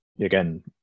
again